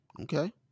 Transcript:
Okay